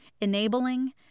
enabling